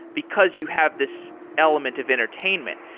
because you have this element of entertainment.